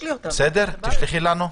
כן.